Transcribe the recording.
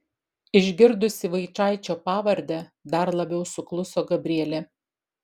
išgirdusi vaičaičio pavardę dar labiau sukluso gabrielė